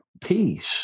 Peace